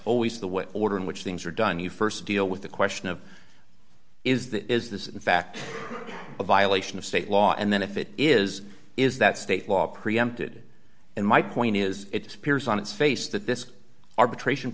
always the way order in which things are done you st deal with the question of is this is this in fact a violation of state law and then if it is is that state law preempted in my point is it appears on its face that this arbitration